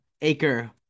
Acre